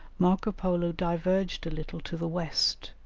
marco polo diverged a little to the west,